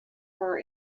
her